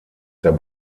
der